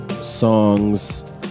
songs